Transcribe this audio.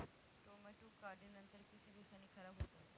Tomato काढणीनंतर किती दिवसांनी खराब होतात?